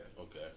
okay